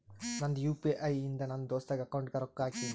ನಂದ್ U P I ಇಂದ ನನ್ ದೋಸ್ತಾಗ್ ಅಕೌಂಟ್ಗ ರೊಕ್ಕಾ ಹಾಕಿನ್